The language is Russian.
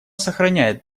сохраняет